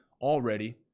already